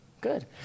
Good